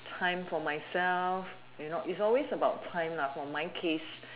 time for myself you know it's always about time lah for my case